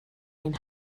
ein